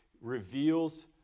reveals